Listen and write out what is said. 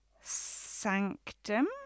sanctum